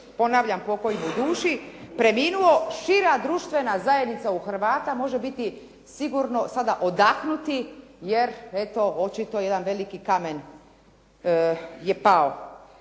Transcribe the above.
ponavljam pokoj mu duši, preminuo šira društvena zajednica u Hrvata može biti sigurno sada odahnuti, jer eto očito jedan veliki kamen je pao